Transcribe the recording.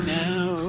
now